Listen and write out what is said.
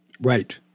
Right